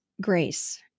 grace